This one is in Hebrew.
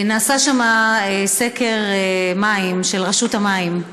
נעשה שם סקר מים של רשות המים,